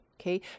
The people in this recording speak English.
okay